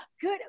good